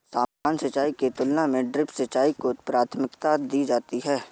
सामान्य सिंचाई की तुलना में ड्रिप सिंचाई को प्राथमिकता दी जाती है